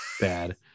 bad